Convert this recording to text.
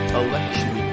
election